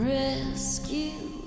rescue